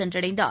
சென்றடைந்தார்